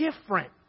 different